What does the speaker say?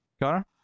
Connor